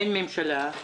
אין ממשלה.